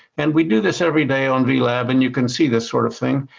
and we do this every day on vlab and you can see this sort of thing.